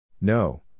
No